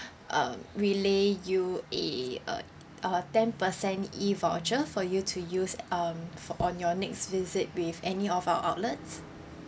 um relay you a a a ten percent e voucher for you to use um for on your next visit with any of our outlets